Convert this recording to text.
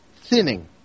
thinning